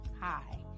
hi